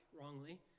wrongly